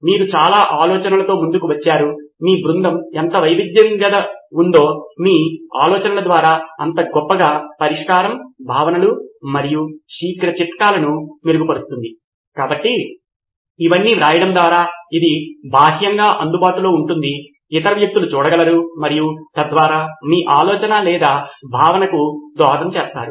మీరు చాలా ఆలోచనలతో ముందుకు వచ్చారు మీ బృందం ఎంత వైవిధ్యంగా ఉందో మీ ఆలోచనల ద్వారా అంత గొప్పగా పరిష్కారం భావనలు మరియు శీఘ్ర చిట్కాలును మెరుగుపరుస్తుంది కాబట్టి ఇవన్నీ వ్రాయడం ద్యారా ఇది బాహ్యంగా అందుబాటులో ఉంటుంది ఇతర వ్యక్తులు చూడగలరు మరియు తద్వారా మీ ఆలోచన లేదా భావనకు దోహదం చేస్తారు